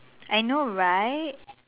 I know right